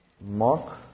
Mark